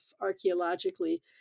archaeologically